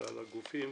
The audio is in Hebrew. ולגופים